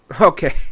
Okay